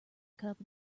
cup